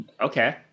Okay